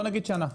בוא נגיד שנה.